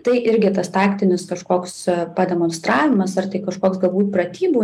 tai irgi tas taktinis kažkoks pademonstravimas ar tai kažkoks galbūt pratybų